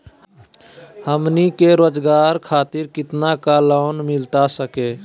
हमनी के रोगजागर खातिर कितना का लोन मिलता सके?